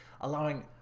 allowing